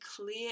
clear